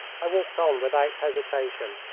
i walked on without hesitation,